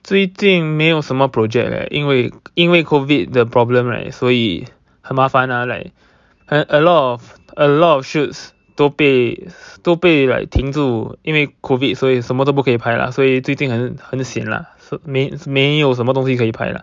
最近没有什么 project leh 因为因为 COVID 的 problem right 所以很麻烦 ah like a lot of a lot of shoots 都被都被 like 停住因为 COVID 所以什么都不可以拍啦所以最近很很 sian lah 没没有什么东西可以拍啦